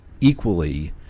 equally